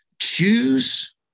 choose